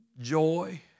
joy